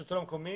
לשלטון המקומי